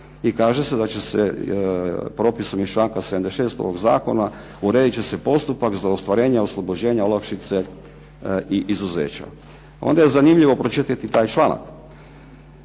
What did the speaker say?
I kaže se da će se propisom iz članka 76. ovog zakona, uredit će se postupak za ostvarenje oslobođenja olakšice i izuzeća. Onda je zanimljivo pročitati taj članak.